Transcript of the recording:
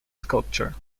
sculpture